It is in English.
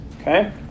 Okay